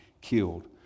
killed